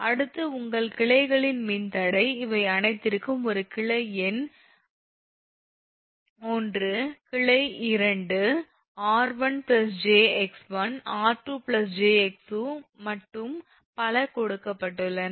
அடுத்தது உங்கள் கிளையின் மின்தடை இவை அனைத்திற்கும் ஒரு கிளை 1 கிளை 2 𝑟1𝑗𝑥1 𝑟2𝑗𝑥2 மற்றும் பல கொடுக்கப்பட்டுள்ளன